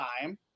time